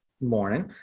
morning